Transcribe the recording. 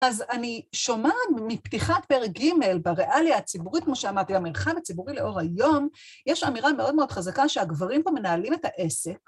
אז אני שומעת מפתיחת פרק ג' בריאליה הציבורית, כמו שאמרתי, המרחב הציבורי לאור היום, יש אמירה מאוד מאוד חזקה שהגברים פה מנהלים את העסק.